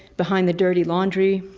behind the dirty laundry.